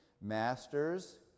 Masters